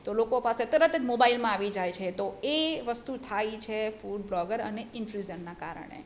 તો લોકો પાસે તરત જ મોબાઇલમાં આવી જાય છે તો એ વસ્તુ થાય છે ફૂડ બ્લોગર અને ઇન્ફ્લુસરના કારણે